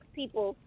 people